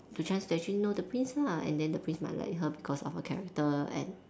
the chance to actually know the prince lah and then the prince might like her because of her character and